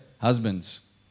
Husbands